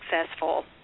successful